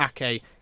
Ake